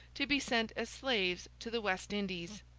to be sent as slaves to the west indies.